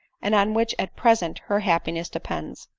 and on which at present her hap piness depends.